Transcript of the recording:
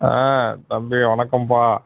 ஆ தம்பி வணக்கம்ப்பா